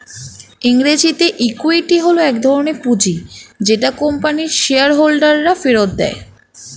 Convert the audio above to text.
ইংরেজিতে ইক্যুইটি হল এক ধরণের পুঁজি যেটা কোম্পানির শেয়ার হোল্ডাররা ফেরত দেয়